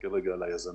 להסתכל רגע על היזמים,